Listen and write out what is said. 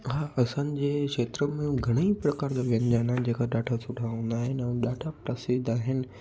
हा असांजे खेत्र में घणेई प्रकार जा व्यंजन आहिनि जेका ॾाढा सुठा हूंदा आहिनि ऐं ॾाढा प्रसिद्ध आहिनि